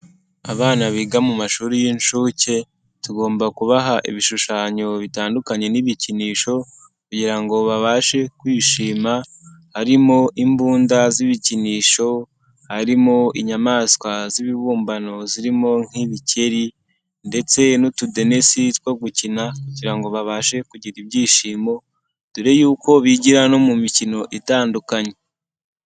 Abana biga mu mashuri y'inshuke tugomba kubaha ibishushanyo bitandukanye n'ibikinisho kugira ngo babashe kwishima harimo: imbunda z'ibikinisho, harimo inyamaswa z'ibibumbano zirimo nk'ibikeri ndetse n'utudenesi two gukina kugira ngo babashe kugira ibyishimo dore yuko bigira no mu mikino itandukanye.